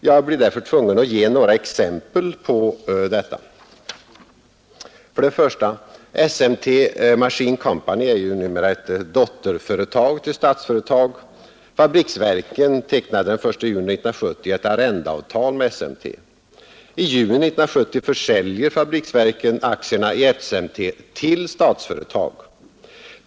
Jag blir därför tvungen att ge några exempel på detta. SMT Machine company AB är numera ett dotterföretag till Statsföretag. Fabriksverken tecknar den första juni 1970 ett arrendeavtal med SMT. I juni 1970 försäljer fabriksverken aktierna i SMT till Statsföretag.